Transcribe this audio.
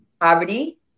poverty